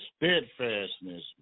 steadfastness